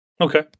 Okay